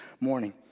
morning